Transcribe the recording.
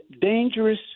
dangerous